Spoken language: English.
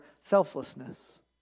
selflessness